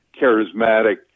charismatic